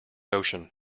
ocean